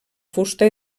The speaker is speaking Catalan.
fusta